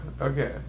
Okay